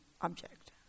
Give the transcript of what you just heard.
object